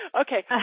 Okay